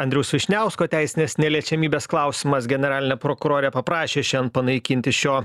andriaus vyšniausko teisinės neliečiamybės klausimas generalinė prokurorė paprašė šian panaikinti šio